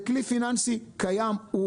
זה כלי פיננסי קיים,